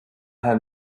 have